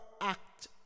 act